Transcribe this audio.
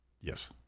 Yes